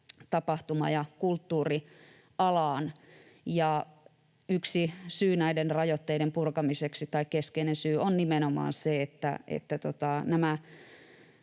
tapahtuma- ja kulttuurialaan. Yksi keskeinen syy näiden rajoitteiden purkamiseen on nimenomaan se, että